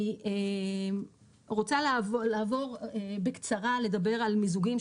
אני רוצה לעבור בקצרה לדבר על מיזוגים,